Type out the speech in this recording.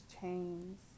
chains